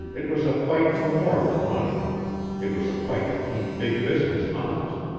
it was a fight for more than money it was a fight to keep big business honest,